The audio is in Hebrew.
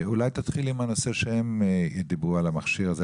אולי תתחילי עם הנושא של המכשיר הזה.